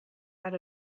out